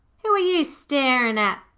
who are you starin at,